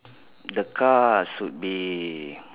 the car should be